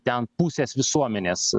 ten pusės visuomenės